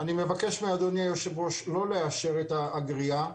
אני מבקש מאדוני היושב ראש לא לאשר את הגריעה.